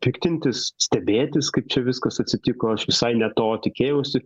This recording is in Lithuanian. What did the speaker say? piktintis stebėtis kaip čia viskas atsitiko aš visai ne to tikėjausi